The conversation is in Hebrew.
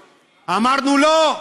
אמרנו: לא.